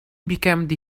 became